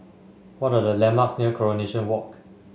what are the landmarks near Coronation Walk